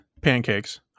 pancakes